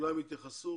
וכולם יתייחסו.